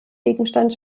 gegenstand